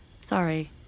Sorry